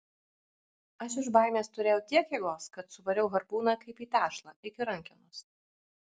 aš iš baimės turėjau tiek jėgos kad suvariau harpūną kaip į tešlą iki rankenos